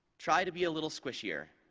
try to be a little squishy,